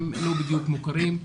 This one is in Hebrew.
הם לא בדיוק מוכרים,